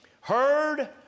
heard